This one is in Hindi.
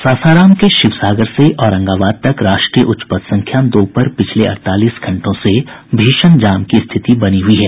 सासाराम के शिवसागर से औरंगाबाद तक राष्ट्रीय उच्च पथ संख्या दो पर पिछले अड़तालीस घंटों से भीषण जाम की स्थिति बनी हुई है